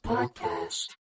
Podcast